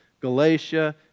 Galatia